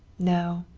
no.